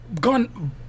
gone